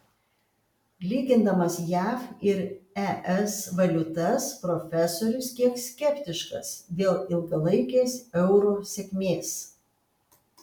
lygindamas jav ir es valiutas profesorius kiek skeptiškas dėl ilgalaikės euro sėkmės